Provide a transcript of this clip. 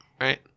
right